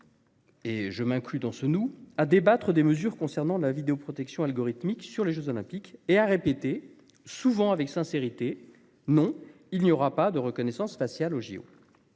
et je m'inclus dans ce « nous », à débattre des mesures concernant la vidéoprotection algorithmique lors des jeux Olympiques et à répéter, souvent avec sincérité :« non, il n'y aura pas de reconnaissance faciale aux JO ».